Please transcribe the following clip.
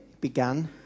began